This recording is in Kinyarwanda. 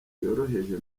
yoroheje